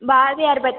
பாரதியார் பத்